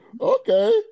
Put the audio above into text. okay